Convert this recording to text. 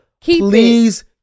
please